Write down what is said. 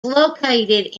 located